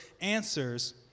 answers